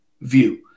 view